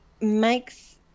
makes